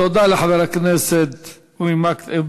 תודה לחבר הכנסת אורי מקלב.